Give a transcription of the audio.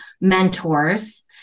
mentors